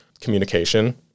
communication